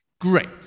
Great